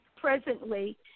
presently